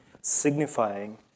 signifying